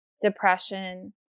depression